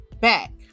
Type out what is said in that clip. back